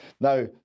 Now